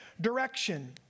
direction